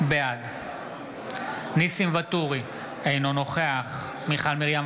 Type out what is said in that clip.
בעד ניסים ואטורי, אינו נוכח מיכל מרים וולדיגר,